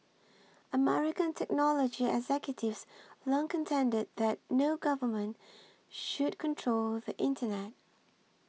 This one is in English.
American technology executives long contended that no government should control the internet